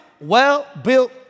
well-built